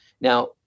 Now